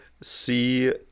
see